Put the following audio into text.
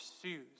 pursues